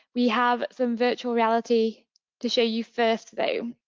we have some virtual reality to show you first though.